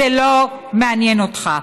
זה לא מעניין אותך.